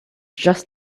just